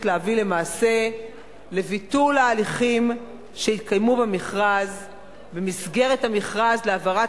להביא למעשה לביטול ההליכים שהתקיימו במסגרת המכרז להעברת